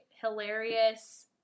hilarious